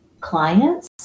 clients